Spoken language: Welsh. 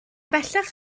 bellach